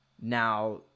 Now